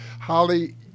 Holly